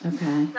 Okay